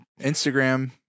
Instagram